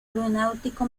aeronáutico